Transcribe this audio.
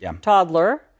toddler